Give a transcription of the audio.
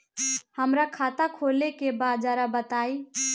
हमरा खाता खोले के बा जरा बताई